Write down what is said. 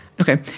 Okay